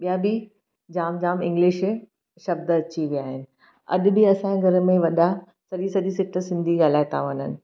ॿियां बि जाम जाम इंग्लिश शब्द अची विया आहिनि अॼ बि असांजे घर में वॾा सॼी सॼी सिट सिंधी ॻाल्हाए त वञनि